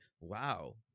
wow